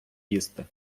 їсти